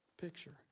picture